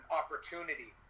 opportunity